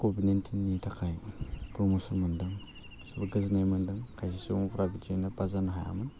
Covid नाइन्टिननि थाखाय promotion मोन्दों गासिबो गोजोन्नाय मोन्दों खायसे सुबुंफ्रा बिदियैनो पास जानो हायामोन